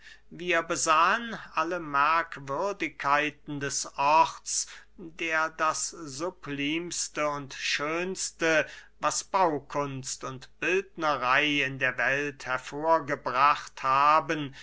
wir besahen alle merkwürdigkeiten des orts der das sublimste und schönste was baukunst und bildnerey in der welt hervorgebracht haben